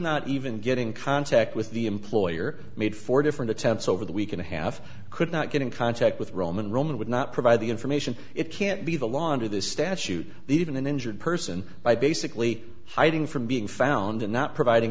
not even getting contact with the employer made four different attempts over the week and a half could not get in contact with roman roman would not provide the information it can't be the law under this statute even an injured person by basically hiding from being found and not providing